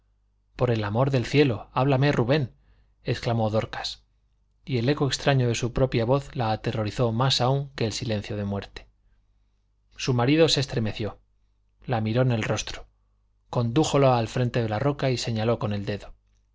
por el amor del cielo háblame rubén exclamó dorcas y el eco extraño de su propia voz la aterrorizó más aún que el silencio de muerte su marido se estremeció la miró en el rostro condújola al frente de la roca y señaló con el dedo